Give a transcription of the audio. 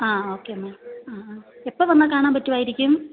ആ okay ma'am ആ ആ എപ്പം വന്നാൽ കാണാൻ പറ്റുവായിരിക്കും